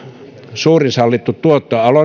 suurin sallittu tuotto